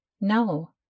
no